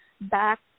back